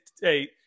hey –